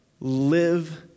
Live